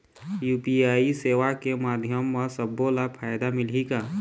UPI सेवा के माध्यम म सब्बो ला फायदा मिलही का?